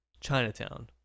Chinatown